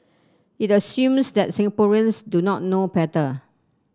it assumes that Singaporeans do not know better